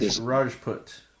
Rajput